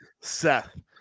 seth